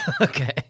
Okay